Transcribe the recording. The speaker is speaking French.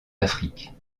afrique